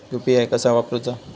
UPI कसा वापरूचा?